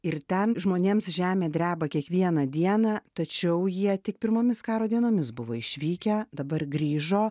ir ten žmonėms žemė dreba kiekvieną dieną tačiau jie tik pirmomis karo dienomis buvo išvykę dabar grįžo